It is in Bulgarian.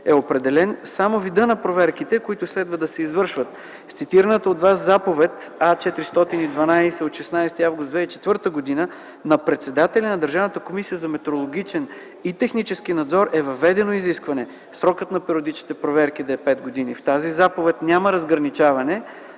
е определен само видът на проверките, които следва да се извършват. В цитираната от Вас Заповед А-412 от 16 август 2004 г. на председателя на Държавната комисия за метрологичен и технически надзор е въведено изискване срокът на периодичните проверки да е пет години. В тази заповед няма разграничаване